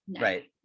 right